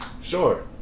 Sure